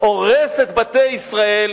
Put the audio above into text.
הורס את בתי ישראל,